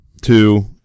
two